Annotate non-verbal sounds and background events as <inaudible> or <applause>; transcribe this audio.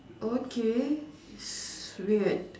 okay <noise> weird